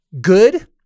good